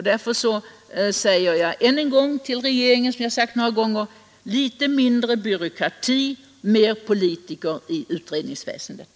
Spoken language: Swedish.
Därför säger jag än en gång till regeringen: Litet mindre byråkrati, fler politiker i utredningsväsendet!